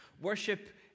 worship